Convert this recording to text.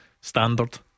standard